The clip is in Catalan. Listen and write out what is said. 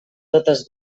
totes